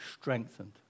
strengthened